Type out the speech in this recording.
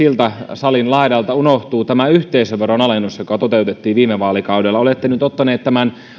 salin siltä laidalta on unohtunut tämä yhteisöveron alennus joka toteutettiin viime vaalikaudella olette nyt ottaneet esille tämän